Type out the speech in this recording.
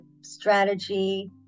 strategy